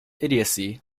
idiocy